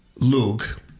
Luke